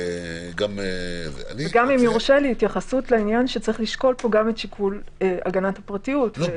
וגם התייחסות לעניין שיש לשקול פה שיקול הגנת הפרטיות.